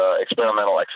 experimental